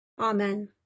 Amen